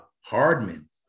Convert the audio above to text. Hardman